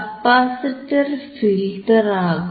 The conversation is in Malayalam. കപ്പാസിറ്റർ ഫിൽറ്ററാകും